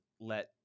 let